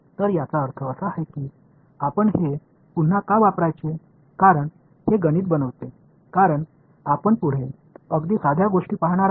तर याचा अर्थ असा आहे की आपण हे पुन्हा का वापरण्याचे कारण हे गणित बनवते कारण आपण पुढे अगदी साध्या गोष्टी पाहणार आहोत